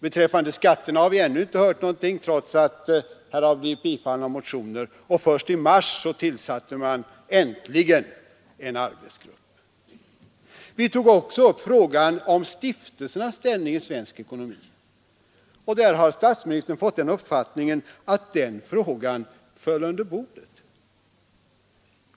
Beträffande skatterna har vi ännu inte hört någonting, trots att motioner har blivit bifallna i denna fråga, och först i mars tillsatte man äntligen en arbetsgrupp om de multinationella företagens ställning över huvud taget. Vi tog också upp frågan om stiftelsernas ställning i svensk ekonomi. Statsministern har fått uppfattningen att den frågan föll under bordet.